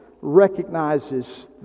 recognizes